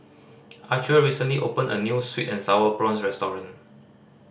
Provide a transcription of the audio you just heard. Archer recently opened a new sweet and Sour Prawns restaurant